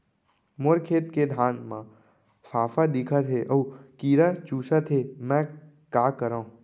मोर खेत के धान मा फ़ांफां दिखत हे अऊ कीरा चुसत हे मैं का करंव?